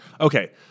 Okay